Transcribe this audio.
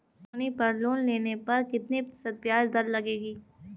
सोनी पर लोन लेने पर कितने प्रतिशत ब्याज दर लगेगी?